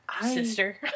sister